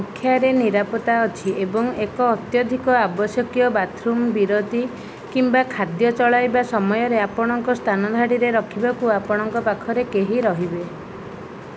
ସଂଖ୍ୟାରେ ନିରାପତ୍ତା ଅଛି ଏବଂ ଏକ ଅତ୍ୟଧିକ ଆବଶ୍ୟକୀୟ ବାଥରୁମ୍ ବିରତି କିମ୍ବା ଖାଦ୍ୟ ଚଳାଇବା ସମୟରେ ଆପଣଙ୍କ ସ୍ଥାନଧାଡିରେ ରଖିବାକୁ ଆପଣଙ୍କ ପାଖରେ କେହି ରହିବେ